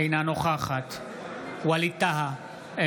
אינה נוכחת ווליד טאהא,